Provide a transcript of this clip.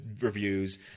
reviews